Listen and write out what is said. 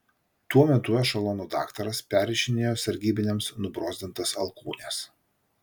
tuo metu ešelono daktaras perrišinėjo sargybiniams nubrozdintas alkūnes